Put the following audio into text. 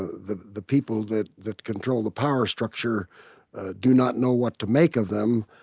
the the people that that control the power structure do not know what to make of them,